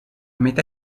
metà